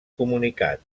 comunicat